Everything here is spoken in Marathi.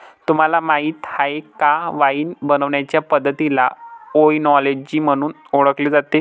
तुम्हाला माहीत आहे का वाइन बनवण्याचे पद्धतीला ओएनोलॉजी म्हणून ओळखले जाते